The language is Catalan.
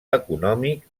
econòmic